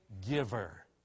giver